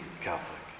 Catholic